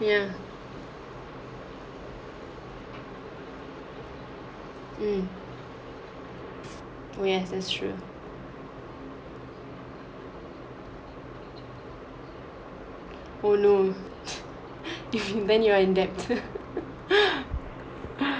ya mm yes that's true oh no then you are in debt